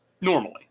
normally